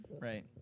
right